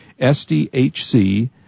SDHC